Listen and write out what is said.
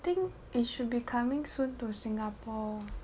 I think it should be coming soon to singapore